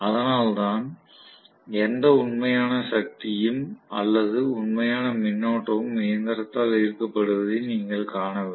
அதனால்தான் எந்த உண்மையான சக்தியும் அல்லது உண்மையான மின்னோட்டமும் இயந்திரத்தால் ஈர்க்கப்படுவதை நீங்கள் காணவில்லை